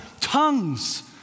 tongues